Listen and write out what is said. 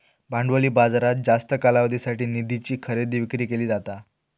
भांडवली बाजारात जास्त कालावधीसाठी निधीची खरेदी विक्री केली जाता